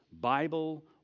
Bible